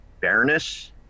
fairness